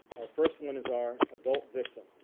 our first one is our adult victim.